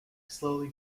slowly